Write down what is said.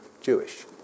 Jewish